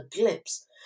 glimpse